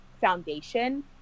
foundation